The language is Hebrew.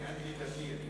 אני אנטי-דתי.